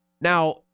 Now